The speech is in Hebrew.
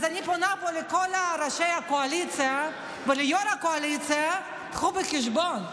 אז אני פונה פה לכל ראשי הקואליציה וליושב-ראש הקואליציה: תביאו בחשבון,